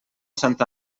sant